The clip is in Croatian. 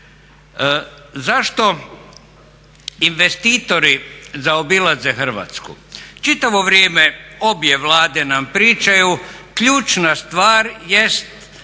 Zašto investitori zaobilaze Hrvatsku? Čitavo vrijeme obje Vlade nam pričaju ključna stvar jest